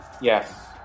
Yes